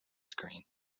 screen